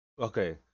Okay